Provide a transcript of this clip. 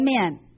Amen